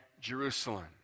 Jerusalem